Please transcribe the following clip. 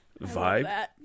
vibe